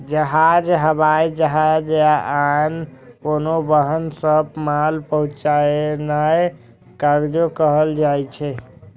जहाज, हवाई जहाज या आन कोनो वाहन सं माल पहुंचेनाय कार्गो कहल जाइ छै